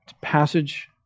passage